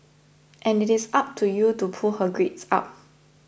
and it is up to you to pull her grades up